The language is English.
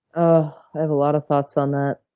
ah have a lot of thoughts on that.